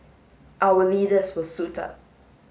our leaders will suit up